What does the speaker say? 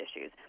issues